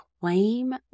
claim